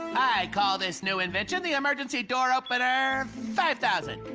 i call this new invention the emergency door opener five thousand.